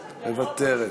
מוותרת,